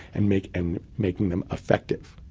and making and making them effective.